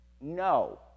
No